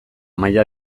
maila